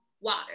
water